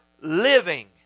living